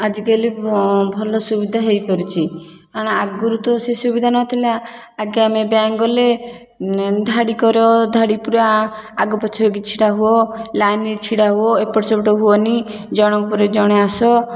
ଆଜିକାଲି ଭଲ ସୁବିଧା ହେଇପାରୁଛି କାରଣ ଆଗରୁ ତ ସେ ସୁବିଧା ନଥିଲା ଆଗେ ଆମେ ବ୍ୟାଙ୍କ ଗଲେ ଧାଡ଼ି କର ଧାଡ଼ି ପୁରା ଆଗପଛ ହେଇକି ଛିଡ଼ା ହୁଅ ଲାଇନ୍ରେ ଛିଡ଼ା ହୁଅ ଏପଟ ସେପଟ ହୁଅନି ଜଣଙ୍କ ପରେ ଜଣେ ଆସ